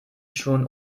schon